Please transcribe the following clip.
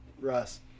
Russ